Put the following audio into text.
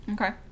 Okay